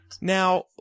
Now